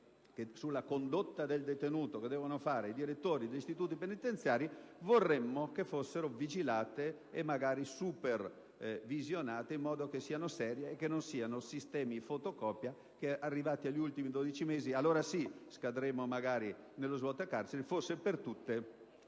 sulla condotta del detenuto che devono essere fatte dai direttori degli istituti penitenziari vorremmo che fossero oggetto di vigilanza e magari di supervisione, in modo che siano serie e che non siano sistemi fotocopia (arrivati agli ultimi 12 mesi, allora sì che scadremmo magari nella «svuota carceri») o che fosse per tutti